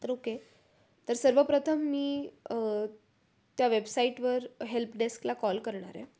तर ओके तर सर्वप्रथम मी त्या वेबसाईटवर हेल्पडेस्कला कॉल करणार आहे